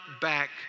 back